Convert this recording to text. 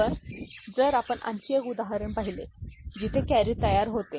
तर जर आपण आणखी एक उदाहरण पाहिले तर जिथे कॅरी तयार होते